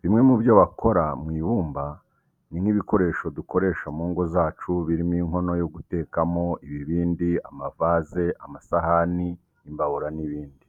Bimwe mu byo bakora mu ibumba ni nk'ibikoresho dukoresha mu ngo zacu birimo inkono yo gutekamo, ibibindi, amavaze, amasahani, imbabura n'ibindi.